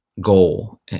goal